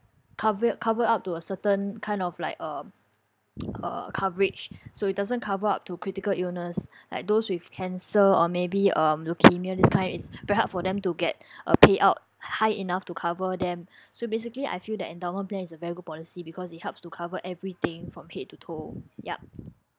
covered cover up to a certain kind of like um uh coverage so it doesn't cover up to critical illness like those with cancer or maybe um leukemia this kind it's very hard for them to get a payout high enough to cover them so basically I feel that endowment plan is a very good policy because it helps to cover everything from head to toe yup